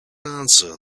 answer